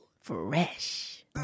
Fresh